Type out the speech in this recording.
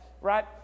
right